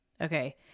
Okay